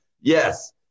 Yes